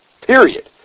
period